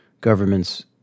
governments